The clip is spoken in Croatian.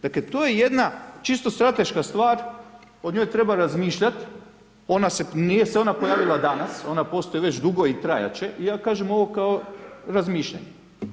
Dakle, to je jedna čisto strateška stvar, o njoj treba razmišljati, ona se, nije se ona pojavila danas, ona postoji već dugo i trajati će i ja kažem ovo kao razmišljanje.